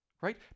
right